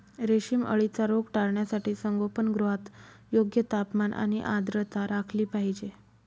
रेशीम अळीचा रोग टाळण्यासाठी संगोपनगृहात योग्य तापमान आणि आर्द्रता राखली पाहिजे